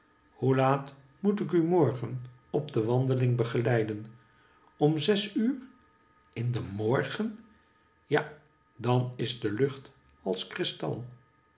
hoe laat moet ik u morgen op de wandeling begeleiden om zes uur in den morgen ja dan is de lucht als kristal